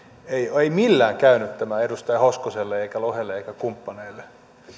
millään käynyt edustaja hoskoselle eikä lohelle eikä kumppaneille